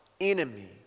enemy